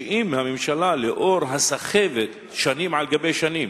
שאם הממשלה, לאור הסחבת שנים על גבי שנים,